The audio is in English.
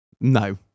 No